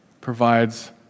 provides